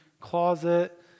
closet